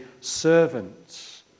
servants